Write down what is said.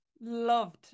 loved